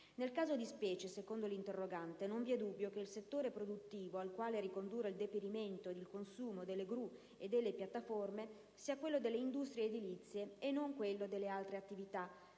Nel caso di specie - secondo l'interrogante - non vi è dubbio che il settore produttivo al quale ricondurre il deperimento ed il consumo delle gru e delle piattaforme sia quello delle industrie edilizie e non quello delle altre attività